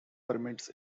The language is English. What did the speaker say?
permits